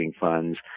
funds